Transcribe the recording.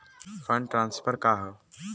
Fund transfer का हव?